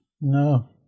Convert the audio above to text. No